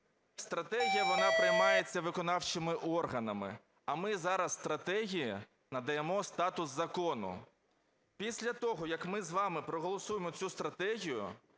Стратегія, вона приймається виконавчими органами, а ми зараз стратегії надаємо статус закону. Після того, як ми з вами проголосуємо цю стратегію,